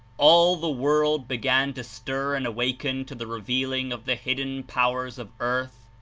all the world began to stir and awaken to the re vealing of the hidden powers of earth,